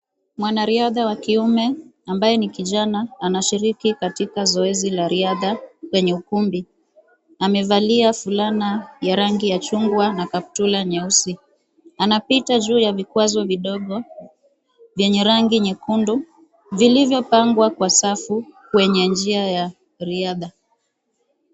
Mwanariadha wa kiume ambaye ni kijana anashiriki katika zoezi la riadha kwenye ukumbi. Amevalia fulana ya rangi ya chungwa na kaptula nyeusi. Anapita juu ya vikwazo vidogo vyenye rangi nyekundu vilivyopangwa kwa safu kwenye njia ya riadha.